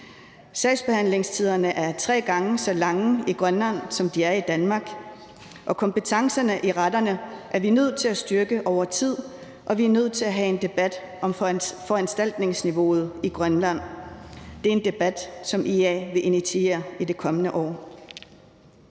Sagsbehandlingstiderne er tre gange så lange i Grønland, som de er i Danmark. Og kompetencerne i retterne er vi nødt til at styrke over tid, og vi er nødt til at have en debat om foranstaltningsniveauet i Grønland. Det er en debat, som IA vil initiere i det kommende år.